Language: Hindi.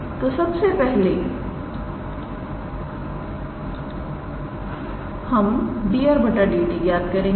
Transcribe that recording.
तोसबसे पहले हम 𝑑𝑟⃗ 𝑑𝑡 ज्ञात करेंगे